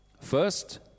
first